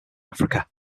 africa